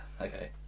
okay